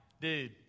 dude